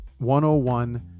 101